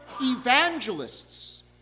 evangelists